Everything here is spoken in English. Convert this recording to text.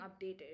updated